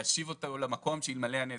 להשיב אותו למקום שאלמלא הנזק,